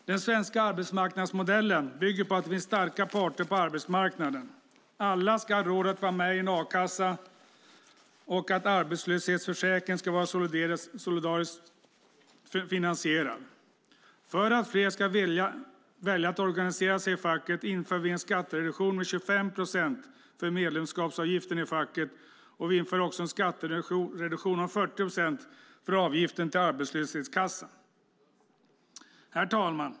Den svenska arbetsmarknadsmodellen bygger på att det finns starka parter på arbetsmarknaden. Alla ska ha råd att vara med i en a-kassa, och arbetslöshetsförsäkringen ska vara solidariskt finansierad. För att fler ska välja att organisera sig i facket inför vi en skattereduktion med 25 procent för medlemsavgiften i facket. Vi inför också en skattereduktion på 40 procent för avgiften till arbetslöshetskassan. Herr talman!